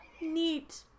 Neat